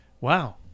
wow